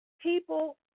people